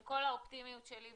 עם כל האופטימיות שלי,